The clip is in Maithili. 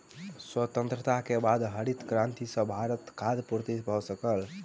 स्वतंत्रता के बाद हरित क्रांति सॅ भारतक खाद्य पूर्ति भ सकल